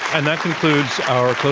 and that concludes our